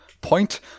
point